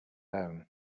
loan